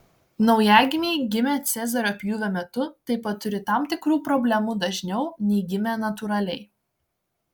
naujagimiai gimę cezario pjūvio metu taip pat turi tam tikrų problemų dažniau nei gimę natūraliai